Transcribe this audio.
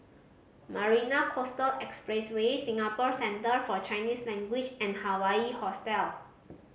Marina Coastal Expressway Singapore Centre For Chinese Language and Hawaii Hostel